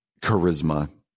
Charisma